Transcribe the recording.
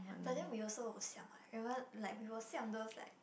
but then we also will siam what remember we will siam those like